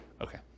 Okay